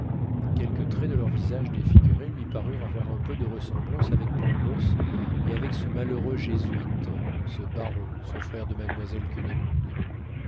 quelques traits de leurs visages défigurés lui parurent avoir un peu de ressemblance avec pangloss et avec ce malheureux jésuite ce baron ce frère de mademoiselle